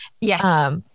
yes